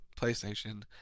playstation